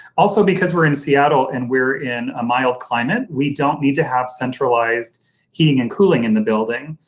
also because we're in seattle and we're in a mild climate we don't need to have centralized heating and cooling in the building.